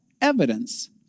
evidence